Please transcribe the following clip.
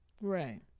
Right